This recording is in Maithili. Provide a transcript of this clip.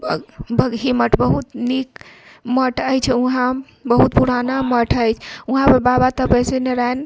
बगही मठ बहुत नीक मठ अछि वहाँ बहुत पुराना मठ अछि वहाँ पर बाबा तपेश्वर नारायण